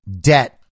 debt